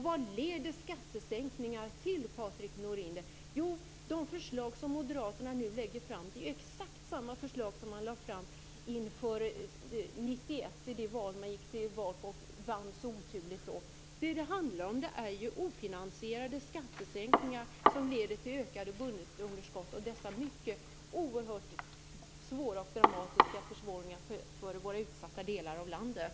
Vad leder skattesänkningar till, Patrik Norinder? Jo, de förslag som Moderaterna nu lägger fram är exakt samma förslag som man lade fram inför valet 1991, som man så oturligt vann. Det handlar ju om ofinansierade skattesänkningar, som leder till ökade budgetunderskott och ger oerhört stora och dramatiska försämringar för de utsatta delarna av landet.